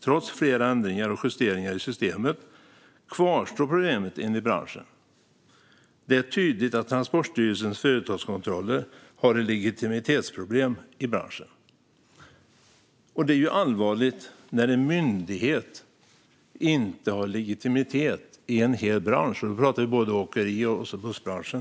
Trots flera ändringar och justeringar i systemet kvarstår problemet, enligt branschen. Det är tydligt att Transportstyrelsens företagskontroller har legitimitetsproblem i branschen. Det är allvarligt när en myndighet inte har legitimitet i en hel bransch, och då talar vi om både åkeribranschen och bussbranschen.